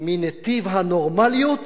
מנתיב הנורמליות